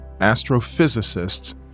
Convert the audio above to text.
astrophysicists